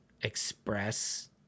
express